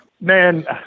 man